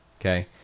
Okay